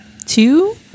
two